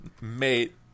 Mate